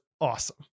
awesome